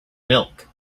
milk